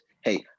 hey